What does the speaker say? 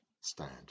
stand